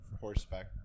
horseback